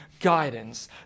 guidance